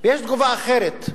יש תגובה אחרת,